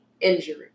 injury